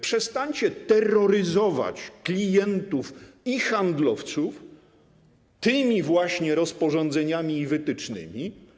Przestańcie terroryzować klientów i handlowców tymi właśnie rozporządzeniami i wytycznymi.